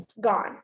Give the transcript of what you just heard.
gone